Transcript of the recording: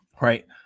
right